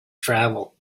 travel